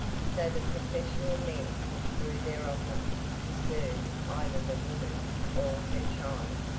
so the professional men withdrew their offer to serve either the woman or her child.